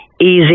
easy